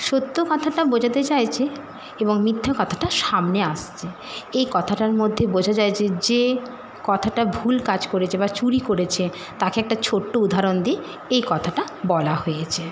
সত্য কথাটা বোঝাতে চাইছে এবং মিথ্যে কথাটা সামনে আসছে এই কথাটার মধ্যে বোঝা যায় যে যে কথাটা ভুল কাজ করেছে বা চুরি করেছে তাকে একটা ছোট্ট উদাহরণ দিয়ে এই কথাটা বলা হয়েছে